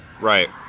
Right